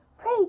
Pray